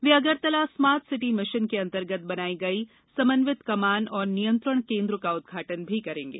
वे Agartala smart city mission के अंतर्गत बनाई गई समन्वित कमान और नियंत्रण केन्द्र का उदघाटन भी करेंगे